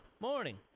Morning